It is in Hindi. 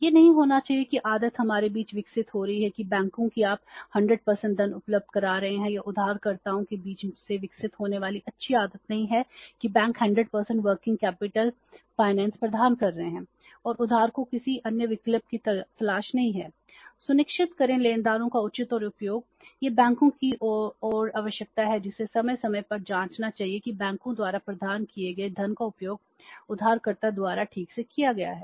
यह नहीं होना चाहिए कि आदत हमारे बीच विकसित हो रही है बैंकों कि आप 100 धन उपलब्ध करा रहे हैं यह उधारकर्ताओं के बीच से विकसित होने वाली अच्छी आदत नहीं है कि बैंक 100 वर्किंग कैपिटल वित्त प्रदान कर रहे हैं और उधार को किसी अन्य विकल्प की तलाश नहीं है सुनिश्चित करें लेनदारों का उचित और उपयोग यह बैंकों की एक और आवश्यकता है जिसे समय समय पर जांचना चाहिए कि बैंकों द्वारा प्रदान किए गए धन का उपयोग उधारकर्ता द्वारा ठीक से किया गया है